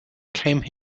came